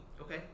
okay